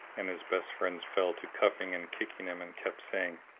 and his best friends fell to cuffing and kicking him and kept saying,